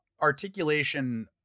articulation